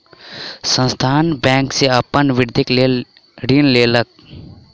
संस्थान बैंक सॅ अपन वृद्धिक लेल ऋण लेलक